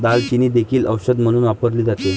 दालचिनी देखील औषध म्हणून वापरली जाते